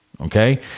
Okay